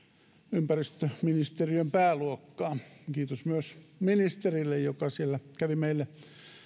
ympäristöministeriön pääluokkaa kiitos myös ministerille joka siellä kävi meille